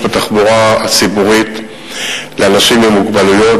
בתחבורה הציבורית על אנשים עם מוגבלות,